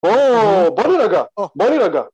‫בוא, בוא נרגע! בוא נרגע!